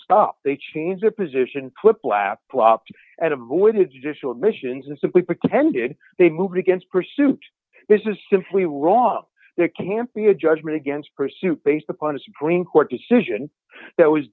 stop they change their position put flap floppy at avoided judicial admissions and simply pretend did they move against pursuit this is simply wrong there can't be a judgement against pursuit based upon a supreme court decision that was